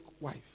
wife